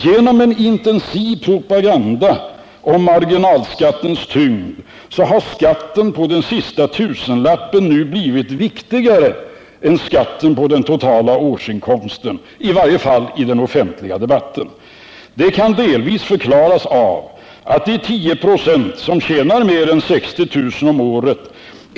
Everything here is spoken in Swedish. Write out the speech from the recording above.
Genom en intensiv propaganda om marginalskattens tyngd har skatten på den sista tusenlappen nu blivit viktigare än skatten på den totala årsinkomsten, i varje fall i den offentliga debatten. Det kan delvis förklaras av att de 10 96 som förtjänar mer än 60 000 kr.